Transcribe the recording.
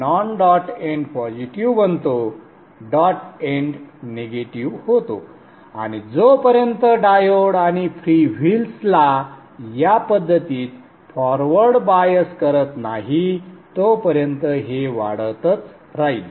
non dot end positive बनतो dot end negative होतो आणि जोपर्यंत डायोड आणि फ्रीव्हील्सला या पद्धतीत फॉरवर्ड बायस्ड करत नाही तोपर्यंत हे वाढतच राहील